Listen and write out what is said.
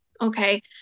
Okay